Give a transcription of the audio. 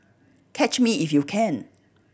catch me if you can